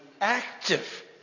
active